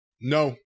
No